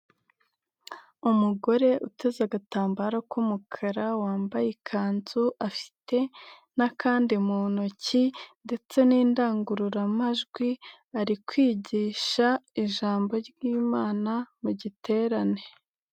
Umugore uteze agatambaro k'umukara wambaye ikanzu afite n'akandi mu ntoki ndetse n'indangururamajwi ari kwigisha ijambo ry'imana mu giterane.